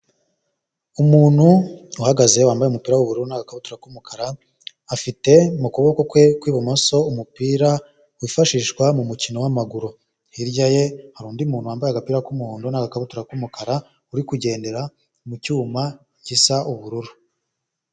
Umuntu uhagaze wambayepira w'ubururu n'agakabutura k'umukara, afite mu kuboko kwe kw'ibumoso umupira wifashishwa mu mukino w'amaguru, hirya ye hari undi muntu wambaye agapira k'umuhondo agakabutura k'umukara, uri kugendera mu cyuma gisa ubururu.